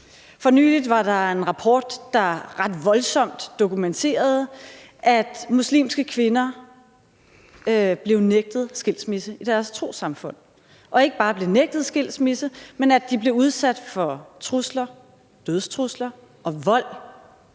For nylig var der en rapport, der ret voldsomt dokumenterede, at muslimske kvinder blev nægtet skilsmisse i deres trossamfund, og at de ikke bare blev nægtet skilsmisse, men at de blev udsat for trusler – dødstrusler – og vold,